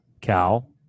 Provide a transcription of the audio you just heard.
Cal